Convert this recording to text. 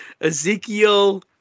Ezekiel